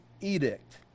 edict